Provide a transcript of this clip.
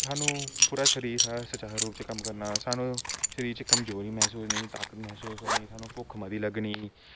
सानू पूरा शरीर साढ़ा सुचारू रूप च कम्म करना सानू शरीर च कमजोरी मसूस होनी ताकत मसूस होनी सानू भुक्ख मती लग्गनी